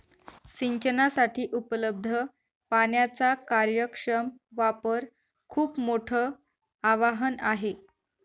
सिंचनासाठी उपलब्ध पाण्याचा कार्यक्षम वापर खूप मोठं आवाहन आहे